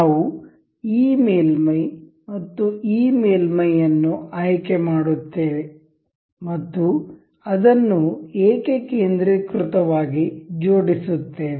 ನಾವು ಈ ಮೇಲ್ಮೈ ಮತ್ತು ಈ ಮೇಲ್ಮೈಯನ್ನು ಆಯ್ಕೆ ಮಾಡುತ್ತೇವೆ ಮತ್ತು ಅದನ್ನು ಏಕಕೇಂದ್ರೀಕೃತವಾಗಿ ಜೋಡಿಸುತ್ತೇವೆ